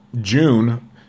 June